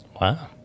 Wow